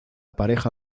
pareja